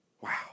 Wow